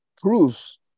proves